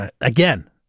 Again